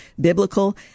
biblical